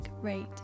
rate